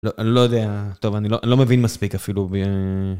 אני לא יודע... טוב אני לא מבין מספיק אפילו ב...